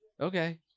Okay